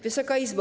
Wysoka Izbo!